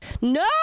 no